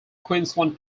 queensland